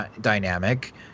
dynamic